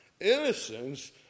innocence